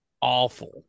awful